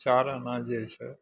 चारि अना जे छै